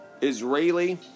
Israeli